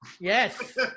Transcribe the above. Yes